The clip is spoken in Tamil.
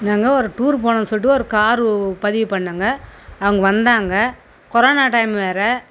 நாங்கள் ஒரு டூர் போகணுன்னு சொல்லிட்டு ஒரு கார் பதிவு பண்ணேங்க அவங்க வந்தாங்க கொரோனா டைம் வேறே